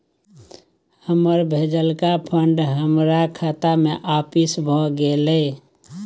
हमर भेजलका फंड हमरा खाता में आपिस भ गेलय